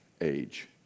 age